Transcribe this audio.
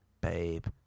babe